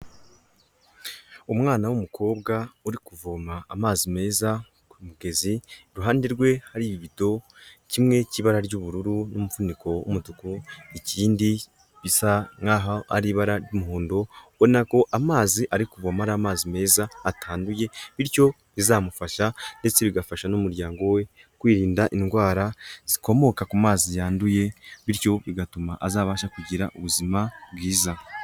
Umwana w'umukobwa, uri kuvoma amazi meza ku mugezi, iruhande rwe hari ibido, kimwe cy'ibara ry'ubururu n'umuvuniko w'umutuku, ikindi bisa nkaho ari ibara ry'umuhondo, ubona ko amazi ari kuvoma ari amazi meza atanduye, bityo bizamufasha ndetse bigafasha n'umuryango we kwirinda indwara zikomoka ku mazi yanduye, bityo bigatuma azabasha kugira ubuzima bwiza.